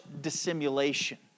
dissimulation